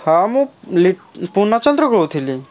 ହଁ ମୁଁ ଲି ପୂର୍ଣ୍ଣଚନ୍ଦ୍ର କହୁଥିଲି